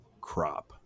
crop